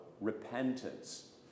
repentance